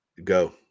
Go